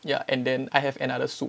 ya and then I have another soup